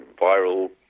viral